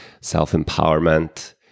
self-empowerment